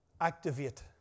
Activate